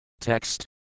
Text